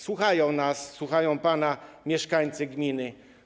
Słuchają nas, słuchają pana mieszkańcy gminy.